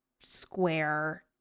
square